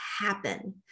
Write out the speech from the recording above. happen